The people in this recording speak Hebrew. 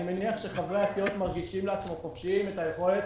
אני מניח שחברי הסיעות מרגישים לעצמם חופשיים את היכולת